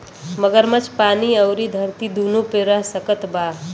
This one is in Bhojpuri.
मगरमच्छ पानी अउरी धरती दूनो पे रह सकत बा